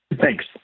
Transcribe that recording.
Thanks